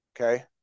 okay